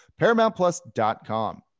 ParamountPlus.com